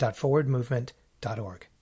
forwardmovement.org